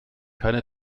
keine